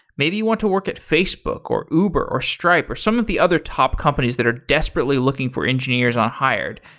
maybe you want to work at facebook, or uber, or stripe, or some of the other top companies that are desperately looking for engineers on hired.